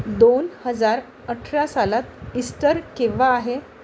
दोन हजार अठरा सालात ईस्टर केव्हा आहे